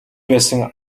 байсан